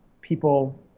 people